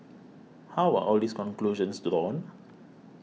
how are all these conclusions drawn